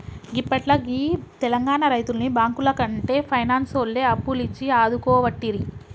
గిప్పట్ల గీ తెలంగాణ రైతుల్ని బాంకులకంటే పైనాన్సోల్లే అప్పులిచ్చి ఆదుకోవట్టిరి